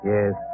Yes